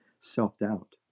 self-doubt